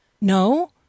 no